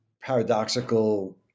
paradoxical